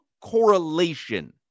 correlation